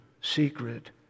secret